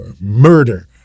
murder